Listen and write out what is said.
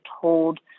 told